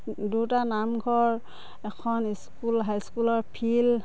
দুটা নামঘৰ এখন স্কুল হাইস্কুলৰ ফিল্ড